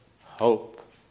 hope